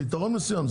פתרון מסוים.